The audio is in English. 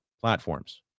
platforms